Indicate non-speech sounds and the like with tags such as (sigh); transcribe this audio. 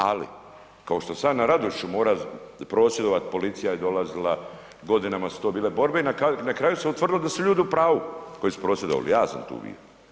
Ali, kao što sam ja na ... (unintelligible) morao prosvjedovati, policija je dolazila, godinama su to bile borbe i na kraju se utvrdilo da su ljudi u pravu koji su prosvjedovali, ja sam tu bio.